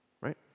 right